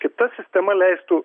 kita sistema leistų